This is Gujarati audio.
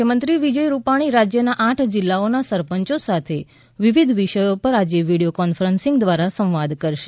મુખ્યમંત્રી વિજય રૂપાણી રાજ્યના આઠ જિલ્લાઓના સરપંચો સાથે વિવિધ વિષયો પર આજે વીડિયો કોન્ફરન્સીંગ દ્વારા સંવાદ કરશે